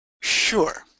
sure